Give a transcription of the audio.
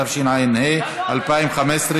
התשע"ה 2015,